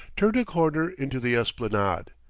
turned a corner into the esplanade.